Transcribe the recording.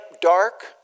dark